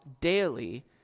daily